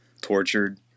tortured